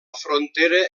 frontera